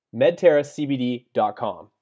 medterracbd.com